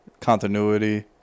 continuity